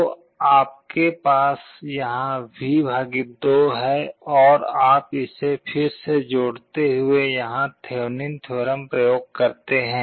तो आपके पास यहाँ V 2 है और आप इसे फिर से जोड़ते हुए यहाँ थेवेनिन थ्योरम प्रयोग करते हैं